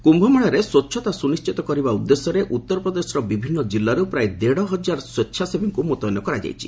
କ୍ୟୁମେଳାରେ ସ୍ୱଚ୍ଛତା ସୁନିଶ୍ଚିତ କରିବା ଉଦ୍ଦେଶ୍ୟରେ ଉତ୍ତରପ୍ରଦେଶର ବିଭିନ୍ନ ଜିଲ୍ଲାରୁ ପ୍ରାୟ ଦେଢହଜାର ସ୍ୱେଚ୍ଛାସେବୀଙ୍କୁ ମୁତୟନ କରାଯାଇଛି